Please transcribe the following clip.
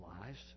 lives